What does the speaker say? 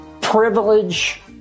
privilege